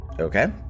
Okay